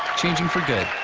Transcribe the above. changing for good.